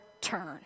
turn